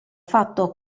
fatto